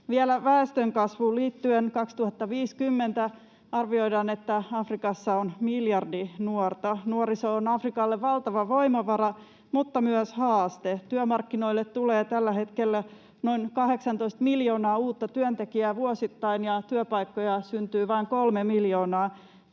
väestönkasvuun liittyen: Arvioidaan, että vuonna 2050 Afrikassa on miljardi nuorta. Nuoriso on Afrikalle valtava voimavara mutta myös haaste. Työmarkkinoille tulee tällä hetkellä noin 18 miljoonaa uutta työntekijää vuosittain ja työpaikkoja syntyy vain 3 miljoonaa.